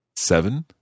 Seven